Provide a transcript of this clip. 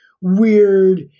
weird